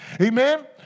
Amen